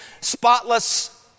spotless